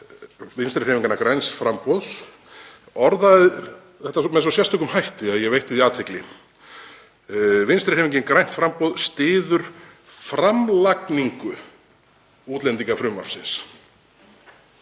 Vinstrihreyfingarinnar – græns framboðs, orðaði þetta með svo sérstökum hætti að ég veitti því athygli: „Vinstrihreyfingin – grænt framboð styður framlagningu útlendingafrumvarps.“